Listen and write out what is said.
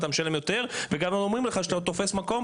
אתה משלם יותר וגם הם אומרים לך שאתה תופס מקום,